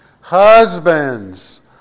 Husbands